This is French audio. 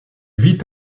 vit